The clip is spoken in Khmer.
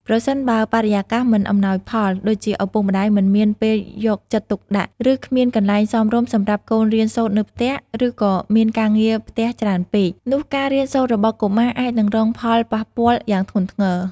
ប្រសិនបើបរិយាកាសមិនអំណោយផល ដូចជាឪពុកម្តាយមិនមានពេលយកចិត្តទុកដាក់ ឬគ្មានកន្លែងសមរម្យសម្រាប់កូនរៀនសូត្រនៅផ្ទះ ឬក៏មានការងារផ្ទះច្រើនពេក នោះការរៀនសូត្ររបស់កុមារអាចនឹងរងផលប៉ះពាល់យ៉ាងធ្ងន់ធ្ងរ។